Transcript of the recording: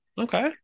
Okay